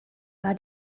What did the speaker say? war